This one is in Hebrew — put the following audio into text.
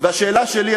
והשאלה שלי,